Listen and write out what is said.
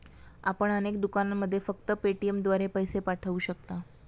आपण अनेक दुकानांमध्ये फक्त पेटीएमद्वारे पैसे पाठवू शकता